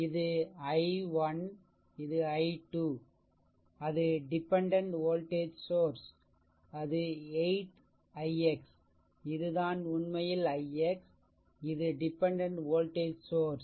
இது i1 இது i2 அது டிபெண்டென்ட் வோல்டேஜ் சோர்ஸ் அது 8 ix இது தான் உண்மையில் ix இது டிபெண்டென்ட் வோல்டேஜ் சோர்ஸ்